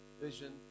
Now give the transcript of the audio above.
vision